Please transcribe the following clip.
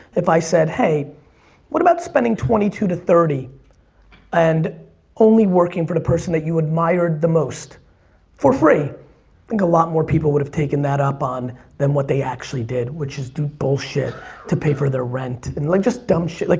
if i said hey what about spending twenty two to thirty and only working for the person you admired the most for free? i think a lot more people would have taken that up on than what they actually did. which is do bullshit to pay for their rent and like just dumb shit. like